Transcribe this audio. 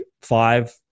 five